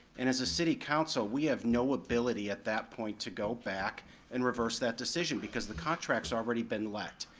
and as a city council, we have no ability at that point to go back and reverse that decision, because the contract's already been let.